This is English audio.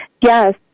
Yes